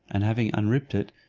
and having unripped it,